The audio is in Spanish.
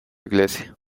iglesia